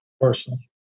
personally